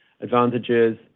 advantages